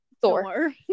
thor